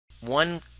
one